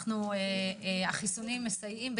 החיסונים מסייעים בידינו,